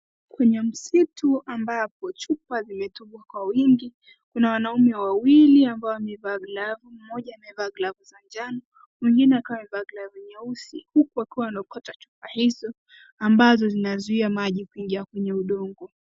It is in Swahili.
Kwenye msitu ambapo chupa zimetupwa kwa wingi, kuna wanaume wawili ambao wamevaa glavu. Mmoja amevaa glavu za njano mwingine akiwa amevaa glavu nyeusi huku akiwa anaokota taka hizo ambazo zinazuia maji kuingia kwenye udongo.